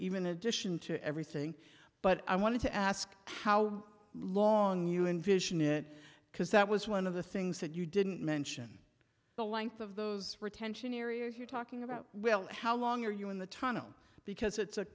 even addition to everything but i wanted to ask how long you envision it because that was one of the things that you didn't mention the length of those retention areas you're talking about will how long are you in the tunnel because it's a